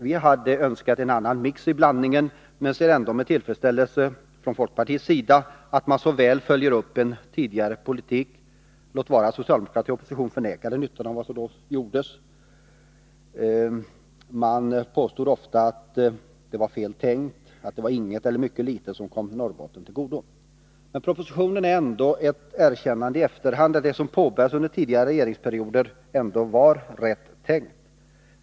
Vi hade önskat en annan ”mix i blandningen” men ser ändå med tillfredsställelse från folkpartiets sida att man så väl följer upp en tidigare politik — låt vara att socialdemokraterna i opposition förnekade nyttan av vad som då gjordes. Man påstod ofta att det var fel tänkt, att det var inget eller mycket litet som kom Norrbotten till godo. Men propositionen är ändå ett erkännande i efterhand av att det som påbörjades under tidigare regeringsperioder var rätt tänkt.